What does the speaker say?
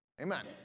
Amen